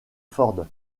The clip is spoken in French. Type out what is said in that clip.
ford